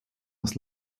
das